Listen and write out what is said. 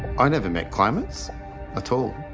i never met claimants at all.